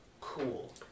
Cool